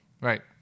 Right